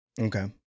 okay